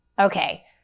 Okay